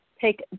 take